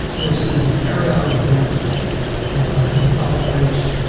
you'll see that the area over here and on and the other page,